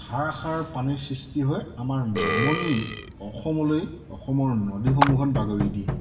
ধাৰাসাৰ পানীৰ সৃষ্টি হৈ আমাৰ নামনি অসমলৈ অসমৰ নদীসমূহত বাগৰি দিয়ে